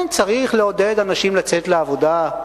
כן, צריך לעודד אנשים לצאת לעבודה.